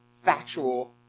factual